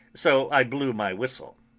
so i blew my whistle.